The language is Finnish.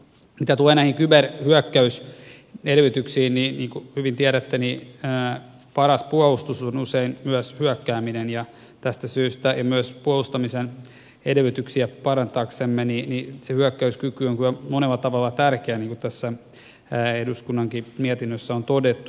mitä tulee näihin kyberhyökkäysedellytyksiin niin kuin hyvin tiedätte paras puolustus on usein myös hyökkääminen ja tästä syystä ja myös puolustamisen edellytyksiä parantaaksemme se hyökkäyskyky on kyllä monella tavalla tärkeä niin kuin tässä eduskunnankin mietinnössä on todettu